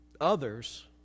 others